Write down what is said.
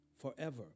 forever